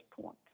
point